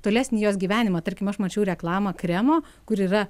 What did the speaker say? tolesnį jos gyvenimą tarkim aš mačiau reklamą kremo kur yra